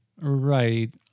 Right